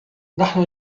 نحن